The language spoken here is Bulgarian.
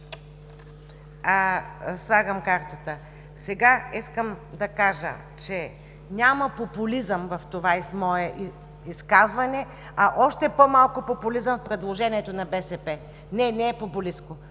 Дукова, сега искам да кажа, че няма популизъм в това мое изказване, а още по-малко популизъм в предложението на БСП. Не, не е популистко!